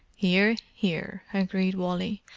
hear, hear! agreed wally.